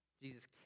Jesus